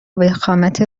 وخامت